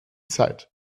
zeit